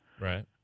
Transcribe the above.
Right